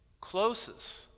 closest